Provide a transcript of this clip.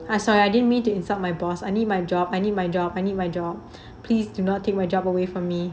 I'm sorry I didn't mean to insult my boss I need my job I need my job I need my job please do not take my job away from me